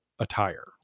attire